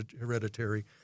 hereditary